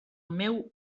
meu